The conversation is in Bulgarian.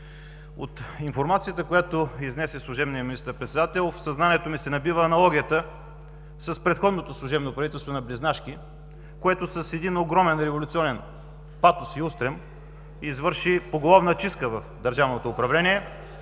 От информацията, която изнесе служебният министър-председател в съзнанието ми се набива аналогията с предходното служебно правителство – на Близнашки, което с един огромен революционен патос и устрем, извърши поголовна чистка в държавното управление.